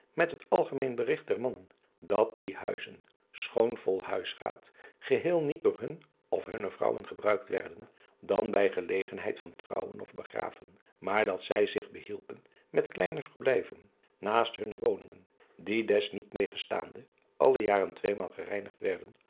met het algemeen berigt der mannen dat die huizen schoon vol huisraad geheel niet door hun of hunne vrouwen gebruikt werden dan bij gelegenheid van trouwen of begraven maar dat zij zich behielpen met kleine verblijven naast hunne woningen die des niettegenstaan driaan oosjes zn et leven van illegonda uisman de alle jaren tweemaal gereinigd werden